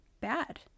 bad